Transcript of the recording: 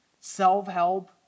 self-help